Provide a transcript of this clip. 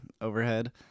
overhead